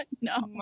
no